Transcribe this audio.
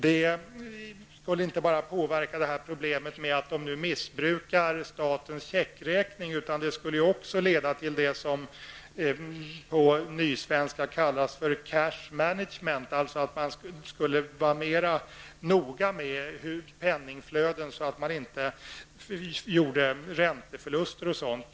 Det skulle inte bara påverka problemet med missbruk av statens checkräkning, utan skulle också leda till en förbättring av det som på nysvenska kallas cash management, att man skulle vara mera noga med penningflöden, så att man inte gör ränteförluster.